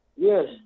Yes